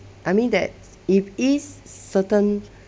I mean that if is certain